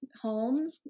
home